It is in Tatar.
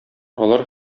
алар